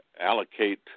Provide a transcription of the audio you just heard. allocate